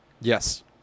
Yes